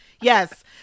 Yes